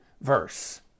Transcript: verse